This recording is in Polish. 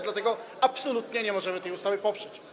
Dlatego absolutnie nie możemy tej ustawy poprzeć.